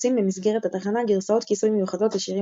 יוצאים במסגרת התחנה גרסאות כיסוי מיוחדות לשירים